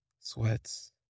Sweats